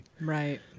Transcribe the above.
right